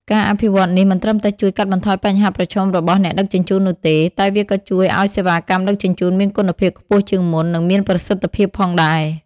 ការអភិវឌ្ឍន៍នេះមិនត្រឹមតែជួយកាត់បន្ថយបញ្ហាប្រឈមរបស់អ្នកដឹកជញ្ជូននោះទេ តែវាក៏ជួយឱ្យសេវាកម្មដឹកជញ្ជូនមានគុណភាពខ្ពស់ជាងមុន និងមានប្រសិទ្ធភាពផងដែរ។